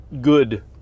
good